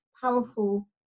powerful